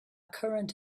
current